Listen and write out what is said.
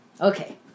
Okay